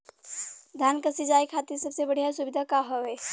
धान क सिंचाई खातिर सबसे बढ़ियां सुविधा का हवे?